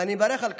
ואני מברך על כך.